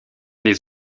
des